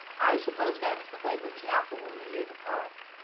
i suppose that is the way with the apple-woman near the park.